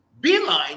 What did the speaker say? Beeline